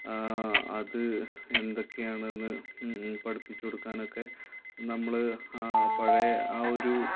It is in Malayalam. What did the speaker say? അത് എന്തൊക്കെയാണെന്ന് പഠിപ്പിച്ച് കൊടുക്കാനൊക്കെ നമ്മള് പഴയ ആ ഒരു